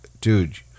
dude